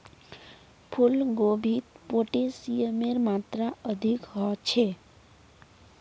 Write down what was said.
फूल गोभीत पोटेशियमेर मात्रा अधिक ह छे